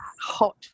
Hot